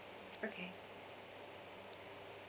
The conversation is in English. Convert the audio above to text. okay